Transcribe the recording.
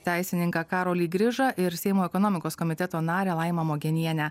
teisininką karolį grižą ir seimo ekonomikos komiteto narę laimą mogenienę